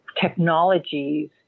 technologies